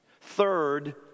Third